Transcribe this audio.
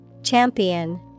Champion